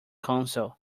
counsel